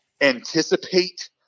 anticipate